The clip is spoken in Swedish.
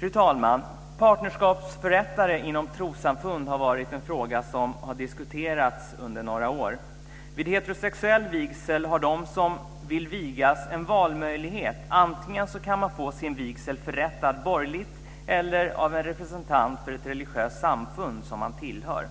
Fru talman! Partnerskapsförrättare inom trossamfund är en fråga som har diskuterats under några år. Vid heterosexuell vigsel har de som vill vigas en valmöjlighet: Antingen kan man få sin vigsel förrättad borgerligt eller av en representant för ett religiöst samfund som man tillhör.